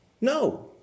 No